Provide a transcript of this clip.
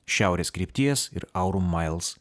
šiaurės krypties ir aurų mails